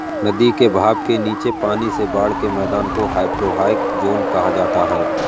नदी के बहाव के नीचे पानी से बाढ़ के मैदान को हाइपोरहाइक ज़ोन कहा जाता है